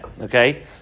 okay